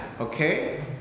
okay